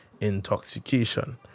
intoxication